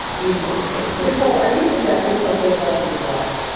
you know, fairly critical are you suggesting something about the midwest?